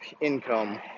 income